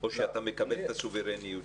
או שאתה מקבל את הסוברניות שלהם?